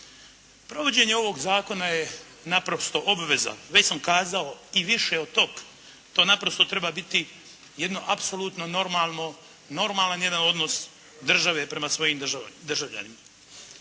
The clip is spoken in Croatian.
Provođenje ovog zakona je naprosto obveza, već sam kazao i više od toga. To naprosto treba biti jedan apsolutan normalan jedan odnos države prema svojim državljanima.